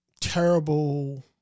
terrible